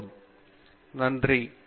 பேராசிரியர் ரவீந்திர கெட்டூ நன்றி